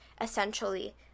essentially